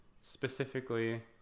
Specifically